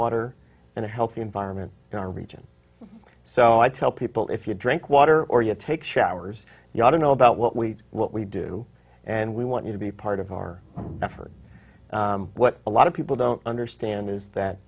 water and a healthy environment in our region so i tell people if you drink water or you take showers you ought to know about what we what we do and we want you to be part of our effort what a lot of people don't understand is that